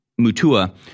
Mutua